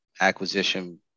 acquisition